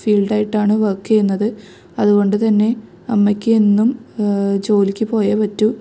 ഫീൽഡായിട്ടാണ് work ചെയ്യുന്നത് അതുകൊണ്ട് തന്നെ അമ്മയ്ക്കെന്നും ജോലിക്ക് പോയേ പറ്റൂ